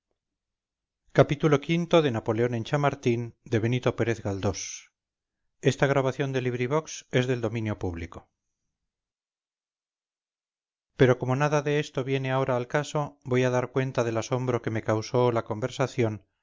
xxvii xxviii xxix napoleón en chamartín de benito pérez galdós pero como nada de esto viene ahora al caso voy a dar cuenta del asombro que me causó la conversación